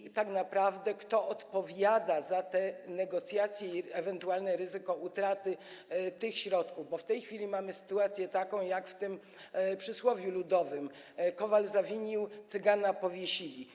I tak naprawdę kto odpowiada za te negocjacje i ewentualne ryzyko utraty tych środków, bo w tej chwili mamy sytuację taką, jak w tym przysłowiu ludowym: kowal zawinił, cygana powiesili?